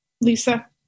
Lisa